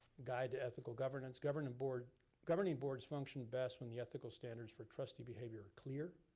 guide to ethical governance. governing boards governing boards function best when the ethical standards for trusted behavior are clear.